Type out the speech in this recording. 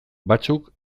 batzuk